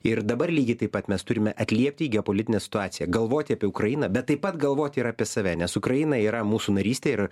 ir dabar lygiai taip pat mes turime atliepti į politinę situaciją galvoti apie ukrainą bet taip pat galvot ir apie save nes ukraina yra mūsų narystė ir